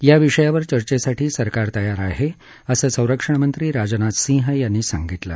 या विषयावर चर्चेसाठी सरकार तयार आहे असं संरक्षणमंत्री राजनाथ सिंह यांनी सांगितलं